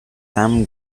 sam